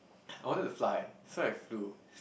I wanted to fly so I have to